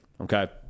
okay